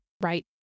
right